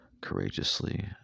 courageously